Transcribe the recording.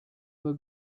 were